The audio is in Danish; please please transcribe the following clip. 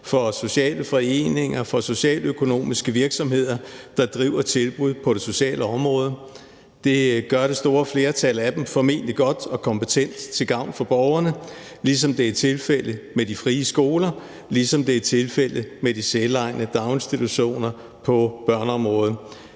sociale foreninger og socialøkonomiske virksomheder, der driver tilbud på det sociale område. Det gør det store flertal af dem formentlig godt og kompetent til gavn for borgerne, ligesom det er tilfældet med de frie skoler, og ligesom det er tilfældet med de selvejende daginstitutioner på børneområdet.